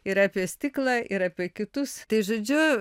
ir apie stiklą ir apie kitus tai žodžiu